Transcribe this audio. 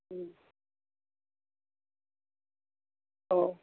हं हो